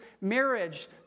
marriage